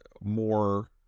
more